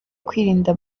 kwirinda